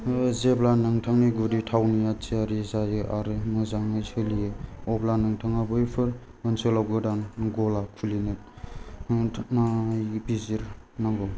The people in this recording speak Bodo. जेब्ला नोंथांनि गुदि थावनिया थियारि जायो आरो मोजाङै सोलियो अब्ला नोंथाङा बैफोर ओनसोलाव गोदान गला खुलिनो नायबिजिर नांगौ